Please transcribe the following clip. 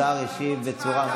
השר השיב בצורה,